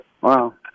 Wow